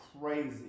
crazy